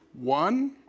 One